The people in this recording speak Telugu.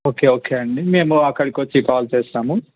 ఓకే ఓకే అండి మేము అక్కడికి వచ్చి కాల్ చేస్తాము